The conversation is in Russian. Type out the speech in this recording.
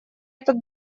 этот